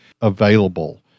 available